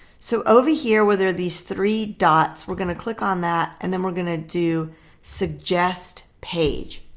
so over here where there are these three dots we're going to click on that and then we're going to do suggest page.